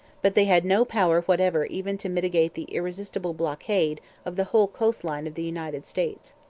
but they had no power whatever even to mitigate the irresistible blockade of the whole coast-line of the united states.